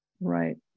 Right